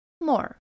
more